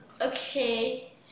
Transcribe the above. Okay